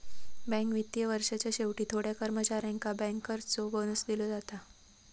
bank वित्तीय वर्षाच्या शेवटी थोड्या कर्मचाऱ्यांका बँकर्सचो बोनस दिलो जाता